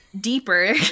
deeper